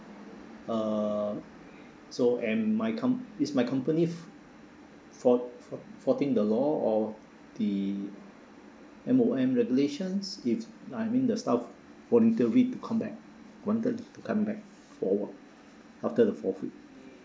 uh so am my com~ is my company f~ fo~ fo~ forting the law or the M_O_M regulations if I mean the staff voluntary to come back wanted to come back for work after the for fourth week